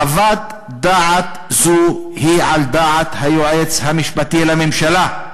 חוות דעת זו היא על דעת היועץ המשפטי לממשלה".